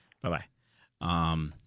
Bye-bye